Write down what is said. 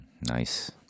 Nice